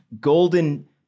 golden